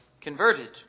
converted